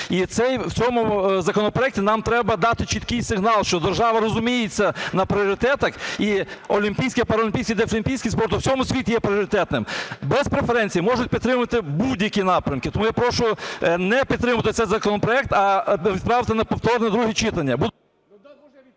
І в цьому законопроекті нам треба дати чіткий сигнал, що держава розуміється на пріоритетах, і олімпійський, паралімпійський і дефлімпійський спорт у всьому світі є пріоритетним. Без преференцій можуть підтримати будь-які напрямки, тому я прошу не підтримувати цей законопроект, а відправити на повторне друге читання.